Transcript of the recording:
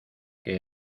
que